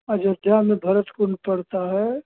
अयोध्या में भरत कुंड पड़ता है